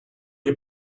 you